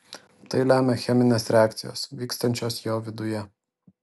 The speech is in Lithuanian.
tai lemia cheminės reakcijos vykstančios jo viduje